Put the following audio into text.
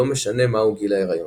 לא משנה מהו גיל ההריון.